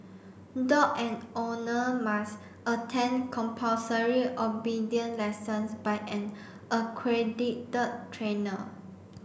dog and owner must attend compulsory obedience lessons by an accredited trainer